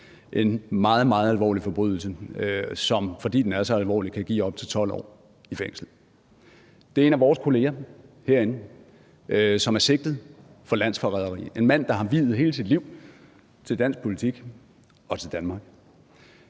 meget alvorlig forbrydelse, som, fordi den er så alvorlig, kan give op til 12 år i fængsel. Det er en af vores kolleger herinde, som er sigtet for landsforræderi – en mand, der har viet hele sit liv til dansk politik og til Danmark.